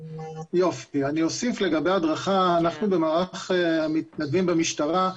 אוסיף לגבי ההדרכה, אנחנו במערך המתנדבים במשטרה,